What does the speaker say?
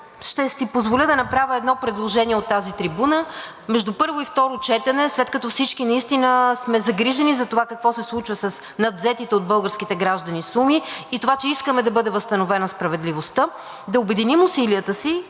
ще си позволя да направя едно предложение от тази трибуна. Между първо и второ четене, след като всички наистина сме загрижени за това какво се случва с надвзетите от българските граждани суми, и това, че искаме да бъде възстановена справедливостта, да обединим усилията си